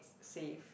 safe